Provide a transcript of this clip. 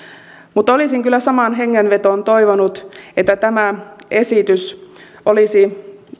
mutta olisin kyllä samaan hengenvetoon toivonut että tämä esitys olisi